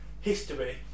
history